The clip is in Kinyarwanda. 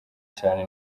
cyane